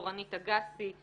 אורנית אגסי,